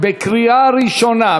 בקריאה ראשונה,